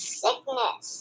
sickness